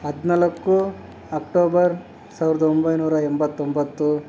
ಹದಿನಾಲ್ಕು ಅಕ್ಟೋಬರ್ ಸಾವಿರದ ಒಂಬೈನೂರ ಎಂಬತ್ತೊಂಬತ್ತು